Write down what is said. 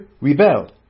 rebel